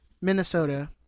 Minnesota